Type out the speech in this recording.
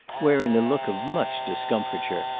wearing a look of much discomfiture,